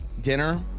dinner